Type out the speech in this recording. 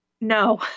No